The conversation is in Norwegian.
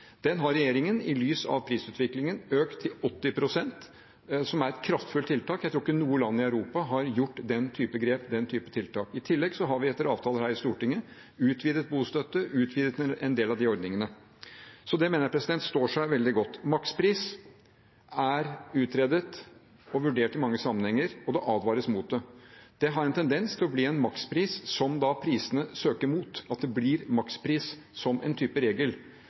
Den støtten har regjeringen, i lys av prisutviklingen, økt til 80 pst., som er et kraftfullt tiltak. Jeg tror ikke det er noe land i Europa som har gjort den typen grep eller den typen tiltak. I tillegg har vi, etter avtaler her i Stortinget, utvidet bostøtte og en del av de ordningene. Så dette mener jeg står seg veldig godt. Makspris er utredet og vurdert i mange sammenhenger, og det advares mot det. Det har en tendens til å bli en makspris som prisene søker mot, altså at det blir makspris som en slags regel.